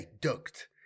ducked